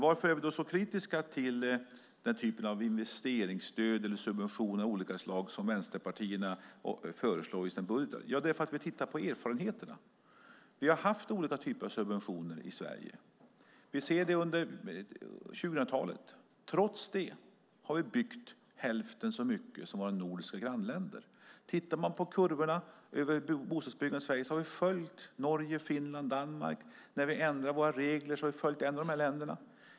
Varför är vi då så kritiska till den typ av investeringsstöd eller subventioner av olika slag som vänsterpartierna föreslår i sina budgetar? Jo, det är för att vi tittar på erfarenheterna. Vi har haft olika typer av subventioner i Sverige. Vi ser det under 2000-talet. Trots detta har vi byggt hälften så mycket som våra nordiska grannländer. Tittar man på kurvorna över bostadsbyggande kan vi se att vi har följt Norge, Finland och Danmark, och när vi har ändrat våra regler har vi ändå följt dessa länder.